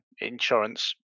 insurance